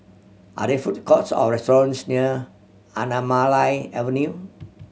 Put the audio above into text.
are there food courts or restaurants near Anamalai Avenue